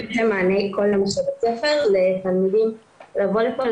כל יום אחרי בית ספר לתלמידים לבוא לפה,